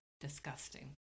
disgusting